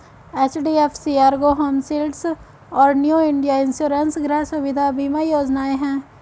HDFC Ergo home shield और new India insurance गृह सुविधा बीमा योजनाएं हैं